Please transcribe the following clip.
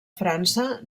frança